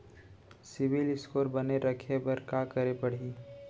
CIBIL score बने रखे बर का करे पड़ही?